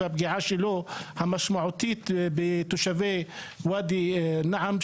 והפגיעה שלו המשמעותית בתושבי ואדי נעם,